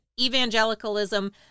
evangelicalism